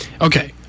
Okay